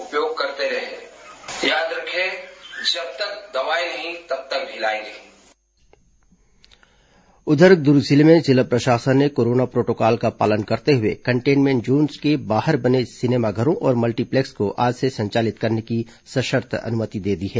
उधर दुर्ग जिले में जिला प्रशासन ने कोरोना प्रोटोकॉल का पालन करते हुए कंटेनमेंट जोन के बाहर बने सिनेमाघरों और मल्टीप्लेक्स को आज से संचालित करने की सशर्त अनुमति दे दी है